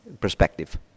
perspective